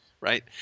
Right